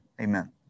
Amen